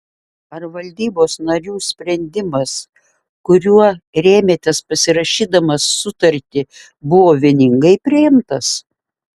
ar valdybos narių sprendimas kuriuo rėmėtės pasirašydamas sutartį buvo vieningai priimtas